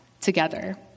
together